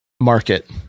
market